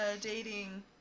dating